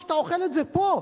או שאתה אוכל את זה פה?